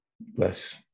Bless